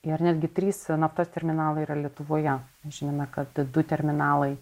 ir netgi trys naftos terminalai yra lietuvoje žinome kad du terminalai